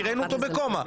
כי ראינו אותו בקומה,